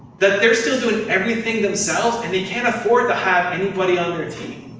that they're still doing everything themselves and they can't afford to have anybody on their team.